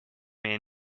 mir